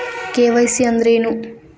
KYC ಅಂದ್ರೇನು?